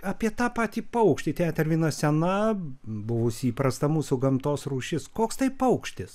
apie tą patį paukštį tetervino sena buvusi įprasta mūsų gamtos rūšis koks tai paukštis